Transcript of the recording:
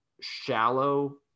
shallow